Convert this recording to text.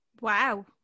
Wow